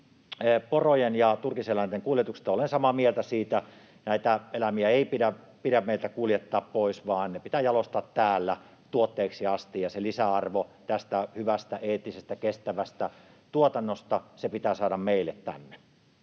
porojen ja turkiseläinten kuljetuksesta: Olen samaa mieltä siitä. Näitä eläimiä ei pidä meiltä kuljettaa pois, vaan ne pitää jalostaa täällä tuotteeksi asti, ja se lisäarvo tästä hyvästä, eettisestä, kestävästä tuotannosta pitää saada meille tänne.